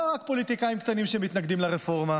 לא רק פוליטיקאים קטנים שמתנגדים לרפורמה.